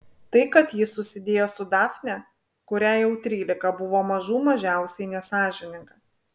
tai kad ji susidėjo su dafne kuriai jau trylika buvo mažų mažiausiai nesąžininga